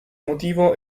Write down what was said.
motivo